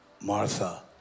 Martha